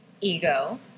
ego